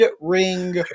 ring